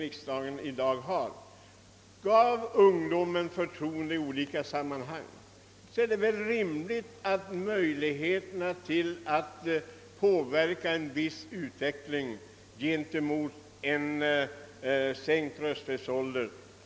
I samband med detta val gavs ett ökat förtroende åt ungdomen, och det är rimligt att detta förhållande också kan få inverka på kammarens inställning i dag till en sänkt rösträttsålder.